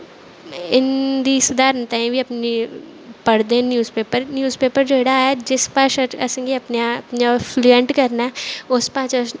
हिन्दी सुधारने तांहीं बी अपनी पढ़दे न न्यूज़ पेपर न्यूज़ पेपर जेह्ड़ा ऐ जिस भाशा च असें गी अपना फ्लुएंट करना ऐ उस भाशा